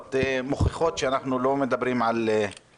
אני מבקש לחדש את ישיבת ועדת הכנסת בנוגע